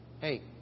Hey